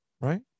Right